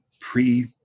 pre